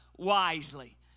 wisely